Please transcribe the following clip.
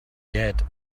yet